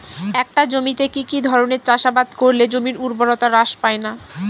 একটা জমিতে কি কি ধরনের চাষাবাদ করলে জমির উর্বরতা হ্রাস পায়না?